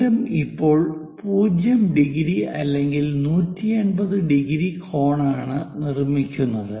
രണ്ടും ഇപ്പോൾ 0° അല്ലെങ്കിൽ 180° കോണാണ് നിർമ്മിക്കുന്നത്